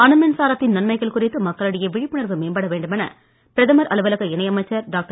அனுமின்சாரத்தின் நன்மைகள் குறித்து மக்களிடையே விழிப்புணர்வு மேம்பட வேண்டுமென பிரதமர் அலுவலக இணை அமைச்சர் டாக்டர்